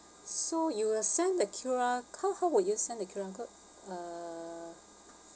so you will send the Q_R how how will you send the Q_R code uh